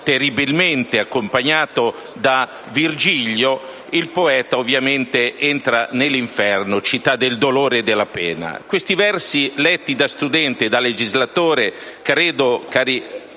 terribilmente; accompagnato da Virgilio, il poeta ovviamente entra nell'Inferno, città del dolore e della pena. Questi versi, letti da studente e da legislatore, cari